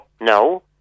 no